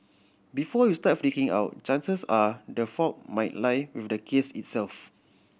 before you start freaking out chances are the fault might lie with the case itself